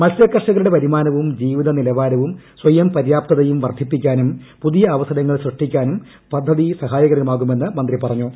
മത്സ്യ കർഷകരുടെ വരുമാനവും ജീവിത നിലവാരവും സ്വയംപര്യാപ്തതയും വർദ്ധിപ്പിക്കാനും പുതിയ അവസരങ്ങൾ സൃഷ്ടിക്കാനും പദ്ധതി സഹായകരമാകുമെന്ന് മന്ത്രി പറഞ്ഞു